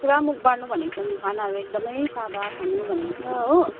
पुरा मुख बार्नु भनेको छ नि खानाहरू एकदमै सादा खानु भनेको छ हो